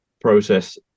process